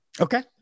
Okay